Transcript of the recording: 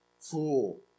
Fool